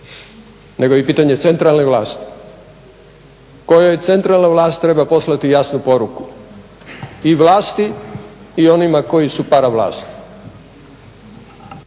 nego je i pitanje centralne vlasti, kojoj centralna vlast treba poslati jasnu poruku, i vlasti i onima koji su paravlast.